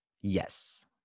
Yes